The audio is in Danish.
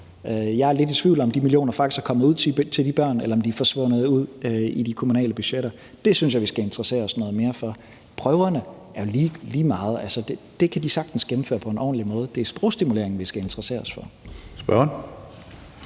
Jeg er lidt i tvivl om, om de millioner faktisk er kommet ud til de børn, eller om de er forsvundet ud i de kommunale budgetter. Det synes jeg vi skal interessere os noget mere for. Det er jo lige meget med prøverne; altså, det kan de sagtens gennemføre på en ordentlig måde. Det er sprogstimuleringen, vi skal interessere os for.